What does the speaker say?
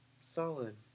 Solid